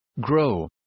Grow